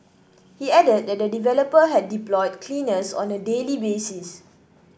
he added that the developer had deployed cleaners on a daily basis